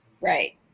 Right